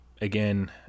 again